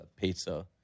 pizza